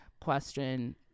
question